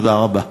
תודה רבה.